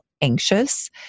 anxious